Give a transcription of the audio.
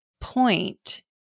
point